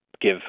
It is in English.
give